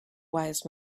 wise